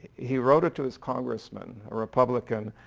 he wrote it to his congressman a republican,